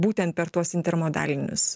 būtent per tuos intermodalinius